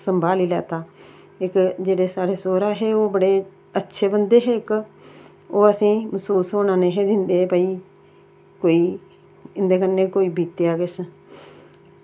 संभाली लैता इक्क जेह्ड़े साढ़े ओह् सौह्रा हे ओह् बड़े अच्छे बंदे हे इक्क ओह् असेंगी महसूस नेईं हा होन दिंदे की भई कोई इंदे कन्नै कोई बीतेआ किश